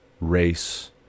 race